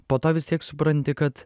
po to vis tiek supranti kad